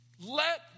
let